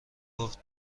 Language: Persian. گفت